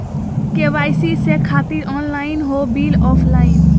KYC से खातिर online हो बिल ऑफलाइन?